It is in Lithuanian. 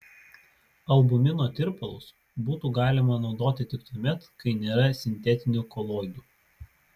albumino tirpalus būtų galima naudoti tik tuomet kai nėra sintetinių koloidų